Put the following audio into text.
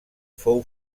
fou